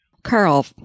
Carl